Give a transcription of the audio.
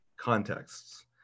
contexts